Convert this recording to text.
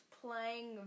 playing